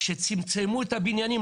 שצמצמו את הבניינים,